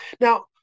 Now